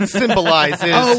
symbolizes